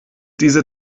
diese